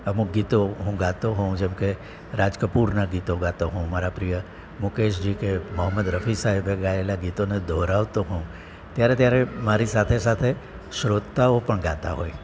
અમુક ગીતો હું ગાતો હોવ જેમ કે રાજકપૂરના ગીતો ગાતો હોવ મારા પ્રિય મુકેશજી કે મોહમ્મદ રફી સાહેબે ગાયેલા ગીતોને દોહરાવતો હોવ ત્યારે ત્યારે મારી સાથે સાથે શ્રોતાઓ પણ ગાતા હોય